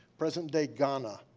present day ghana.